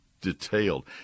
detailed